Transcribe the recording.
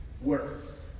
worse